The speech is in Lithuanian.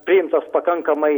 priimtas pakankamai